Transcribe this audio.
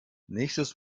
nächstes